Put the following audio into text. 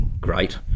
great